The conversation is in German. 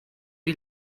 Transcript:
die